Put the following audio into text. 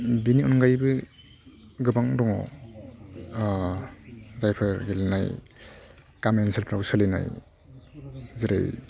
बेनि अनगायैबो गोबां दङ जायफोर गेलेनाय गामि ओनसोलफोराव सोलिनाय जेरै